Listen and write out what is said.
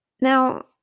Now